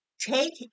Take